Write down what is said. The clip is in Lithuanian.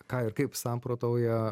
ką ir kaip samprotauja